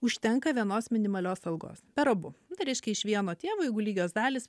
užtenka vienos minimalios algos per abu tai reiškia iš vieno tėvo jeigu lygios dalys